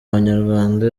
abanyarwanda